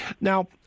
Now